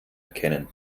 erkennen